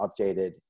updated